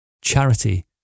Charity